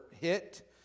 hit